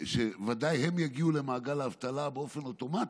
וודאי הן יגיעו למעגל האבטלה באופן אוטומטי.